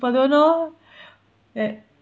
people don't know that